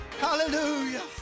Hallelujah